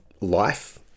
life